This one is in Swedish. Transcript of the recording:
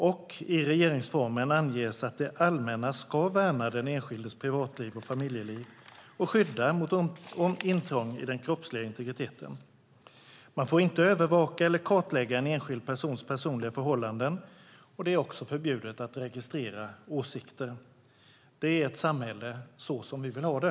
Och i regeringsformen anges att det allmänna ska värna den enskildes privatliv och familjeliv och skydda mot intrång i den kroppsliga integriteten. Man får inte övervaka eller kartlägga en enskild persons personliga förhållanden. Det är också förbjudet att registrera åsikter. Det är ett samhälle så som vi vill ha det.